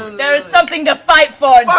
there is something to fight for,